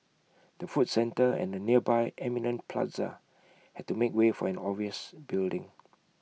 the food centre and the nearby Eminent plaza had to make way for an office building